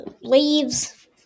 leaves